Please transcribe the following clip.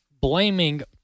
blaming